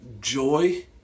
Joy